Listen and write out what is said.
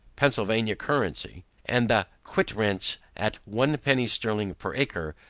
pennsylvania currency and the quit-rents at one penny sterling per acre,